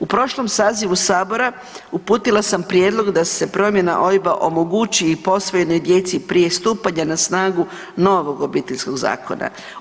U prošlom sazivu Sabora uputila sam prijedlog da se promjena OIB-a omogući i posvojenoj djeci prije stupanja na snagu novog Obiteljskog zakona.